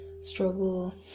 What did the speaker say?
struggle